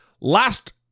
Last